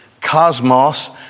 cosmos